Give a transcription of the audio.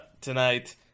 tonight